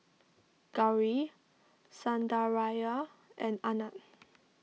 Gauri Sundaraiah and Anand